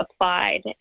applied